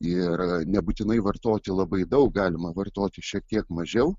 ir nebūtinai vartoti labai daug galima vartoti šiek tiek mažiau